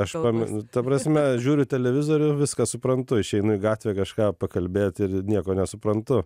aš pamenu ta prasme žiūriu televizorių viską suprantu išeinu į gatvę kažką pakalbėt ir nieko nesuprantu